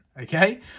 Okay